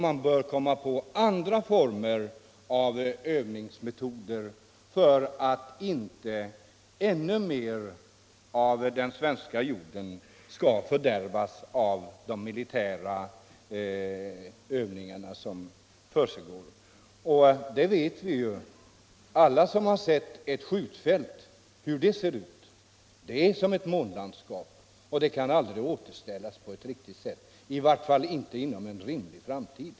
Man bör finna andra övningsmetoder för att inte än mer av den svenska jorden skall fördärvas av militär verksamhet. Alla som har sett ett skjutfält vet att marken där ter sig som ett månlandskap. Den kan aldrig återställas på ett riktigt sätt, i varje fall inte inom rimlig framtid.